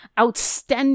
outstanding